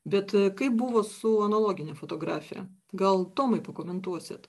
bet kaip buvo su analogine fotografija gal tomai pakomentuosit